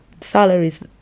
salaries